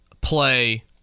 Play